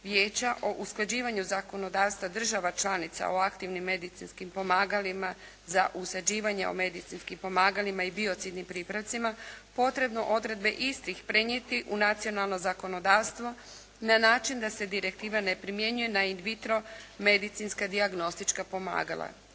vijeća o usklađivanju zakonodavstva država članica o aktivnim medicinskim pomagalima za usađivanje, o medicinskim pomagalima i biocidnim pripravcima potrebno odredbe istih prenijeti u nacionalno zakonodavstvo na način da se direktiva ne primjenjuje na in vitro medicinska dijagnostička pomagala.